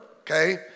okay